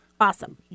Awesome